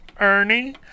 Ernie